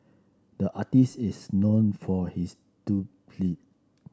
the artist is known for his